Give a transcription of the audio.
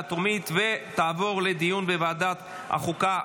הטרומית ותעבור לדיון בוועדת החוקה,